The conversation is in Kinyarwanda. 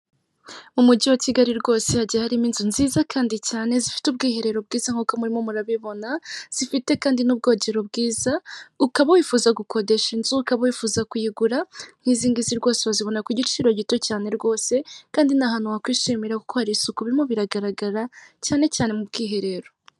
Mu mujyi wa Kigali rwose hagiye harimo inzu nziza kandi cyane zifite ubwiherero bwiza nk'uko murimo murabibona, zite kandi n'ubwogero bwiza, ukaba wifuza gukodesha inzu, ukaba wifuza kuyigura, nkizingizi rwose wazibona ku igiciro gito cyane rwose, kandi ni ahantu wakwishimira kuko hari isiku birimo biragaragara, cyane cyane mubwiherero.